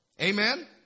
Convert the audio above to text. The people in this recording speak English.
Amen